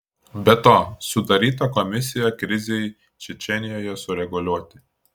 be to sudaryta komisija krizei čečėnijoje sureguliuoti